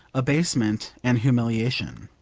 abasement, and humiliation.